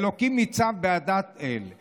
אלהים ניצב בעדת אל,